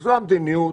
וזו המדיניות